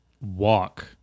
walk